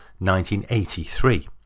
1983